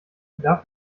darf